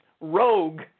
rogue